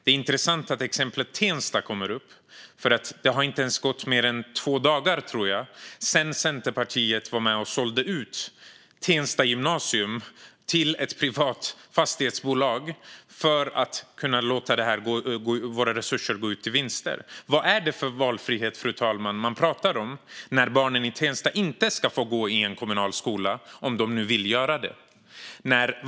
Det är intressant att exemplet Tensta kommer upp, för jag tror inte att det har gått ens två dagar sedan Centerpartiet var med och sålde ut Tensta gymnasium till ett privat fastighetsbolag för att kunna låta våra resurser gå till vinster. Vad är det för valfrihet man pratar om när barnen i Tensta inte ska få gå i en kommunal skola om de nu vill göra det, fru talman?